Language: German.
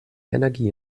energie